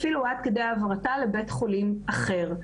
אפילו עד כדי העברתה לבית חולים אחר.